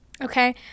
okay